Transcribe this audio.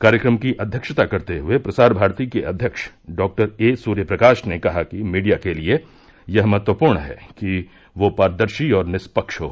कार्यक्रम की अध्यक्षता करते हुए प्रसार भारती के अध्यक्ष डॉ ए सूर्य प्रकाश ने कहा कि मीडिया के लिए यह महत्वपूर्ण है कि वो पारदर्शी और निष्पक्ष हो